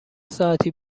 ساعتی